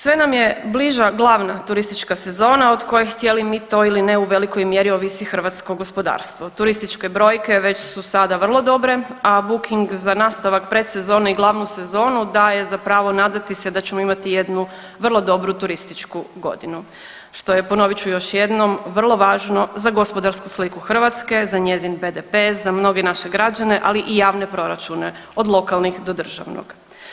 Sve nam je bliža glavna turistička sezona od koje htjeli mi to ili ne u velikoj mjeri ovisi hrvatsko gospodarstvo, turističke brojke već su sada vrlo dobre, a booking za nastavak predsezone i glavnu sezonu daje za pravo nadati se da ćemo imati jednu vrlo dobru turističku godinu, što je ponovit ću još jednom, vrlo važno za gospodarsku sliku Hrvatske, za njezin BDP, za mnoge naše građane, ali i javne proračune od lokalnih do državnog.